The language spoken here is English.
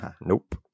Nope